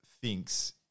thinks